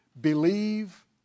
believe